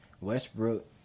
Westbrook